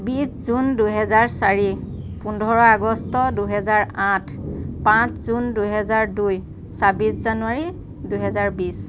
বিছ জুন দুহেজাৰ চাৰি পোন্ধৰ আগষ্ট দুহেজাৰ আঠ পাঁচ জুন দুহেজাৰ দুই ছাব্বিছ জানুৱাৰী দুহেজাৰ বিছ